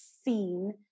seen